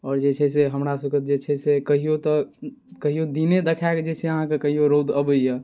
आओर जे छै से हमरा सबकेॅं जे छै से कहियो तऽ कहियो दीने देखाके जे छै से अहाँकेॅं कहियो रौद अबैया